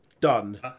done